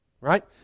Right